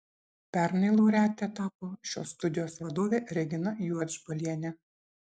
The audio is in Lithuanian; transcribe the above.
pernai laureate tapo šios studijos vadovė regina juodžbalienė